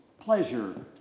Pleasure